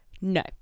No